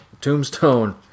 Tombstone